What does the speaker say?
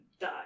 die